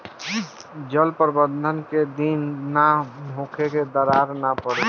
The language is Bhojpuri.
जल प्रबंधन केय दिन में होखे कि दरार न पड़ी?